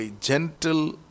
gentle